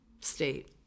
state